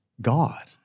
God